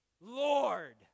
Lord